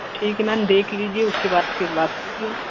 ठीक है मैम देख लीजिए उसके बाद फिर बात कीजिए